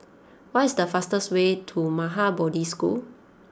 what is the fastest way to Maha Bodhi School